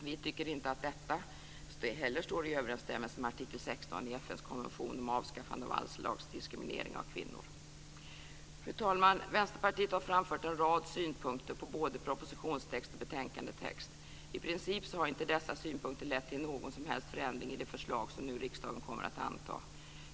Vi tycker inte att tillämpningen står i överensstämmelse med artikel 16 i FN:s konvention om avskaffande av allt slags diskriminering av kvinnor. Fru talman! Vänsterpartiet har framfört en rad synpunkter på både propositionstext och betänkandetext. I princip har inte dessa synpunkter lett till någon som helst förändring i det förslag som nu riksdagen kommer att anta.